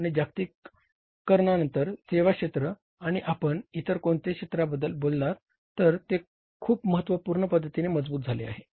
आणि जागतिकीकरणानंतर सेवा क्षेत्र किंवा आपण इतर कोणत्याही क्षेत्राबद्दल बोललात तर ते खूप महत्त्वपूर्ण पद्धतीने मजबूत झाले आहे